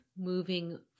moving